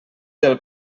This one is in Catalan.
del